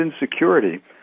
insecurity